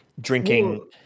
drinking